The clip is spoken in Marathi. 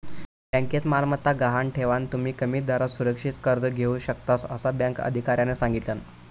बँकेत मालमत्ता गहाण ठेवान, तुम्ही कमी दरात सुरक्षित कर्ज घेऊ शकतास, असा बँक अधिकाऱ्यानं सांगल्यान